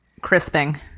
Crisping